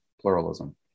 pluralism